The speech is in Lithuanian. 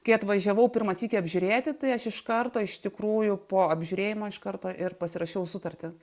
kai atvažiavau pirmą sykį apžiūrėti tai aš iš karto iš tikrųjų po apžiūrėjimo iš karto ir pasirašiau sutartį